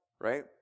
right